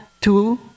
two